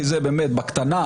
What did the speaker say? כי זה באמת בקטנה